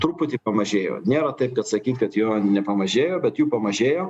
truputį pamažėjo nėra taip kad sakyt kad jo nepamažėjo bet jų pamažėjo